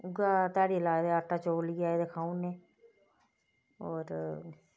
उऐ ध्याड़ी लाए दे आटा चौल लेइयै आए ते खाऊड़ने और